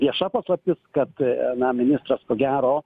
vieša paslaptis kad na ministras ko gero